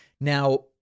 now